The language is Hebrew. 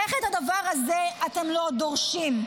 איך את הדבר הזה אתם לא דורשים?